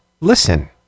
listen